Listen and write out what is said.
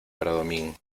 bradomín